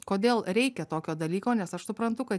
kodėl reikia tokio dalyko nes aš suprantu kad